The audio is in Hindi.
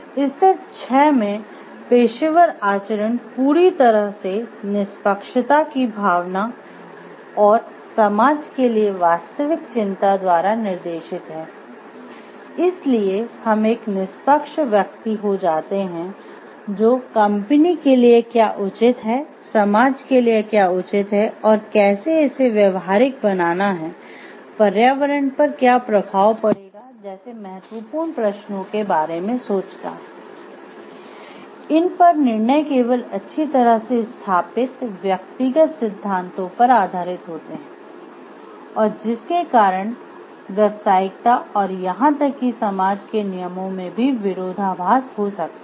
स्तर छः में पेशेवर आचरण पर आधारित होते हैं और जिस के कारण व्यावसायिकता और यहां तक कि समाज के नियमों में भी विरोधाभास हो सकता है